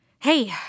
Hey